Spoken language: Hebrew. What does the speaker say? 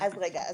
אז רגע,